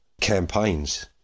campaigns